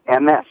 MS